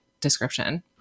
description